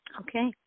Okay